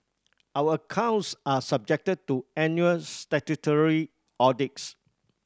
our accounts are subjected to annual statutory audits